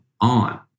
on